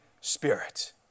Spirit